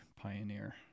pioneer